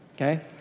Okay